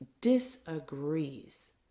disagrees